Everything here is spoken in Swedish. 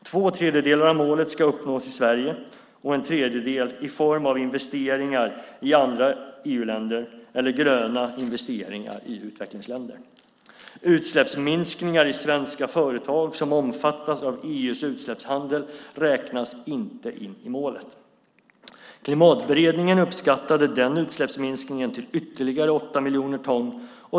Två tredjedelar av målet ska uppnås i Sverige och en tredjedel i form av investeringar i andra EU-länder eller gröna investeringar i utvecklingsländer. Utsläppsminskningar i svenska företag som omfattas av EU:s utsläppshandel räknas inte in i målet. Klimatberedningen uppskattade den utsläppsminskningen till ytterligare 8 miljoner ton.